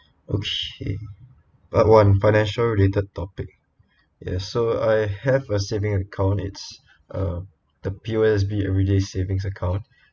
oh shit part one financial related topic yes so I have a saving account it's uh the P_O_S_B everyday savings account